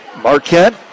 Marquette